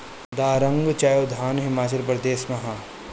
दारांग चाय उद्यान हिमाचल प्रदेश में हअ